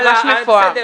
והוא ממש מפואר.